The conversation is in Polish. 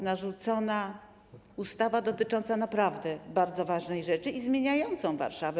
Narzucona ustawa dotyczy naprawdę bardzo ważnej rzeczy i zmienia Warszawę.